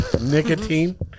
Nicotine